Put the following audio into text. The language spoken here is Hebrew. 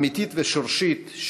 אמיתית ושורשית,